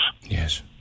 Yes